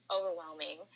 overwhelming